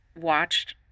watched